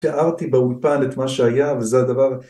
תיארתי באולפן את מה שהיה וזה הדבר